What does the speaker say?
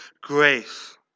grace